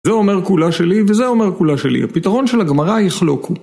זה אומר כולה שלי, וזה אומר כולה שלי. הפתרון של הגמרא יחלוקו.